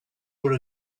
were